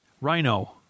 Rhino